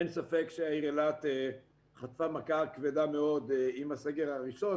אין ספק שהעיר אילת חטפה מכה כבדה מאוד עם הסגר הראשון,